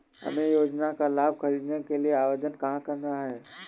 हमें योजना का लाभ ख़रीदने के लिए आवेदन कहाँ करना है?